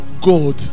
God